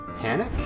Panic